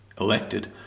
Elected